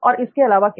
और इसके अलावा क्या